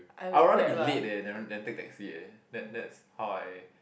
I will rather be late eh than than taking taxi eh that that's how I